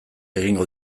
egingo